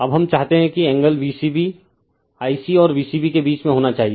अब हम चाहते हैं कि angle V c b Ic और V c b के बीच में होना चाहिए